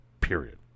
Period